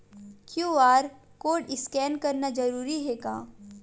QR code scan करना जरूरी हे का?